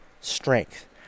strength